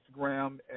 instagram